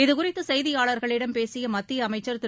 இதுகுறித்து செய்தியாளர்களிடம் பேசிய மத்திய அமைச்சர் திரு